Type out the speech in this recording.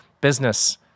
business